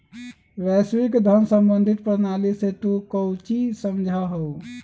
वैश्विक धन सम्बंधी प्रणाली से तू काउची समझा हुँ?